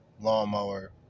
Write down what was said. lawnmower